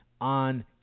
on